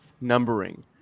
numbering